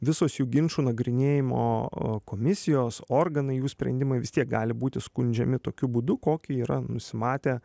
visos jų ginčų nagrinėjimo komisijos organai jų sprendimai vis tiek gali būti skundžiami tokiu būdu kokį yra nusimatę